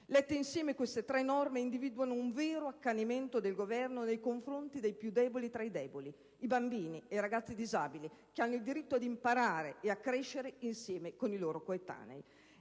Lette insieme, queste tre norme individuano un vero accanimento del Governo nei confronti dei più deboli tra i deboli: i bambini e i ragazzi disabili, che hanno il diritto di imparare e crescere insieme con i loro coetanei.